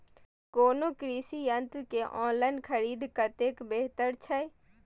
कोनो कृषि यंत्र के ऑनलाइन खरीद कतेक बेहतर छै?